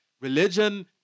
Religion